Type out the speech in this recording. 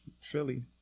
Philly